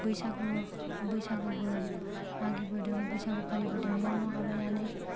बैसागु बैसागुबो मागिबोदों बैसागु फालिबोदों न' न' हाबलायनानै